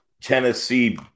Tennessee